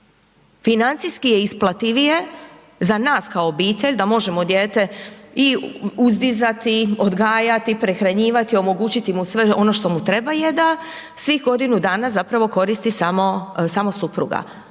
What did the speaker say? Financijski je isplativije za nas kao obitelj, da možemo dijete i uzdizati, odgajati, prehranjivati, omogućiti mu sve ono što mu treba je da svih godinu dana zapravo koristi samo, samo supruga.